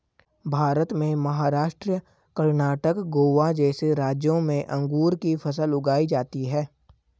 भारत में महाराष्ट्र, कर्णाटक, गोवा जैसे राज्यों में अंगूर की फसल उगाई जाती हैं